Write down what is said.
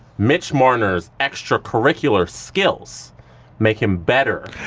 mitch marner's extracurricular skills make him better.